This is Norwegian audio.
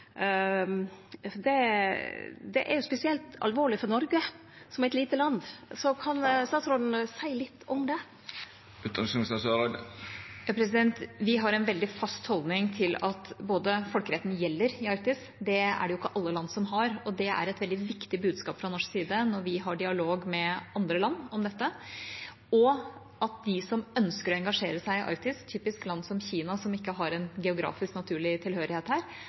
Det er spesielt alvorleg for Noreg som eit lite land. Kan utanriksministeren seie litt om det? Vi har en veldig fast holdning til både at folkeretten gjelder i Arktis – det er det ikke alle land som har, og det er et veldig viktig budskap fra norsk side når vi har dialog med andre land om dette – og at de som ønsker å engasjere seg i Arktis, typisk land som Kina, som ikke har en naturlig geografisk tilhørighet her,